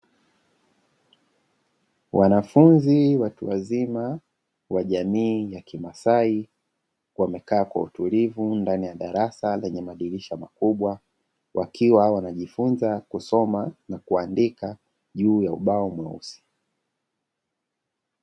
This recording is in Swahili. Wanafunzi watu wazima wa jamii ya kimasai wamekaa kwa utulivu ndani ya darasa lenye madirisha makubwa, wakiwa wanajifunza kusoma na kuandika juu ya ubao mweusi.